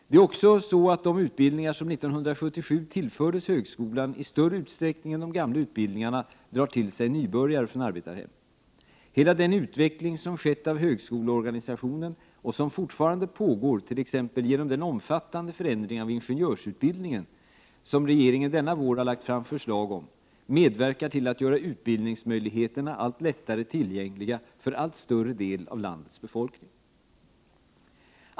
Det är också så, att de utbildningar som 1977 tillfördes högskolan i större utsträckning än de gamla utbildningarna drar till sig nybörjare från arbetarhem. Hela den utveckling som har skett av högskoleorganisationen — och som fortfarande pågår, t.ex. genom den omfattande förändring av ingenjörsutbildningen som regeringen denna vår har lagt fram förslag om — medverkar till att göra utbildningarna alltmer lättillgängliga för en allt större del av landets befolkning.